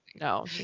No